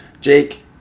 Jake